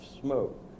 smoke